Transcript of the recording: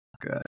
good